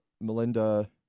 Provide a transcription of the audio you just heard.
Melinda